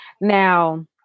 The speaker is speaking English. Now